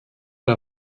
der